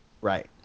Right